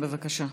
בבקשה.